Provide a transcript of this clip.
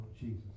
Jesus